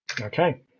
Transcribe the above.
okay